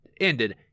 ended